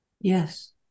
yes